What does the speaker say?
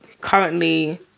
currently